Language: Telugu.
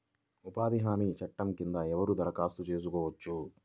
ఉపాధి హామీ చట్టం కింద ఎవరు దరఖాస్తు చేసుకోవచ్చు?